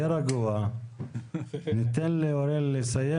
דובר פה על 200%. אני אתן לכם דוגמה.